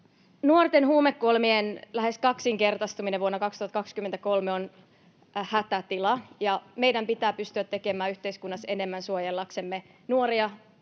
Nuorten huumekuolemien lähes kaksinkertaistuminen vuonna 2023 on hätätila, ja meidän pitää pystyä tekemään yhteiskunnassa enemmän suojellaksemme nuoria